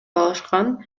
алышкан